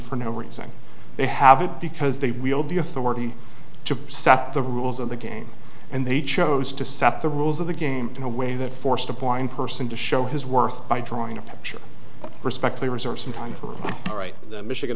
for no reason they have it because they wield the authority to set the rules of the game and they chose to set the rules of the game in a way that forced a point person to show his worth by drawing a picture respectfully reserve some time for the right michigan